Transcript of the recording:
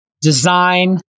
design